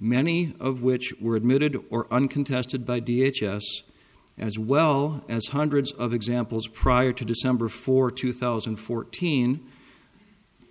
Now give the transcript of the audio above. many of which were admitted or uncontested by d h s s as well as hundreds of examples prior to december fourth two thousand and fourteen